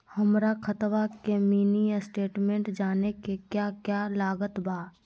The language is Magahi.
हमरा खाता के मिनी स्टेटमेंट जानने के क्या क्या लागत बा?